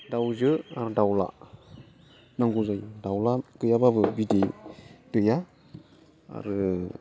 दाउजो आरो दाउला नांगौ जायो दाउला गैयाबाबो बिदै दैया आरो